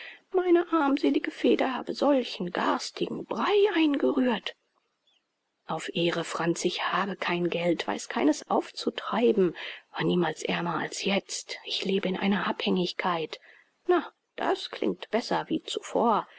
meine armselige feder habe solchen garstigen brei eingerührt auf ehre franz ich habe kein geld weiß keines aufzutreiben war niemals ärmer als jetzt ich lebe in einer abhängigkeit na das klingt besser wie zuvor